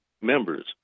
members